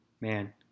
man